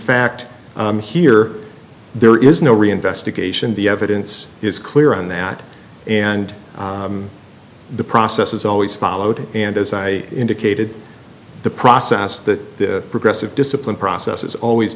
fact here there is no reinvestigation the evidence is clear on that and the process is always followed and as i indicated the process that the progressive discipline process is always